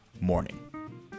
morning